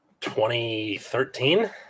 2013